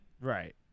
Right